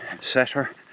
setter